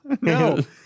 No